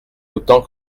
autant